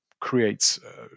creates